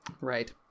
Right